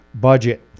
budget